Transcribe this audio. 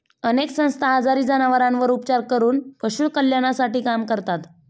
अनेक संस्था आजारी जनावरांवर उपचार करून पशु कल्याणासाठी काम करतात